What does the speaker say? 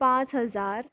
पांच हजार